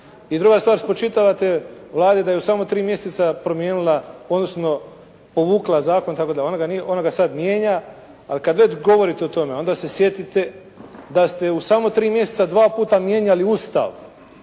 I druga stvar, spočitavate Vladi da je u samo tri mjeseca promijenila, odnosno povukla zakon, tako da ona ga sad mijenja, ali kad već govorite o tome, onda se sjetite da ste u samo tri mjeseca dva puta mijenjali Ustav.